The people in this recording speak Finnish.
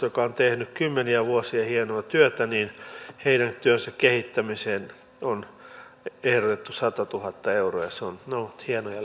joka on tehnyt kymmeniä vuosia hienoa työtä heidän työnsä kehittämiseen on ehdotettu satatuhatta euroa ne